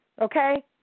Okay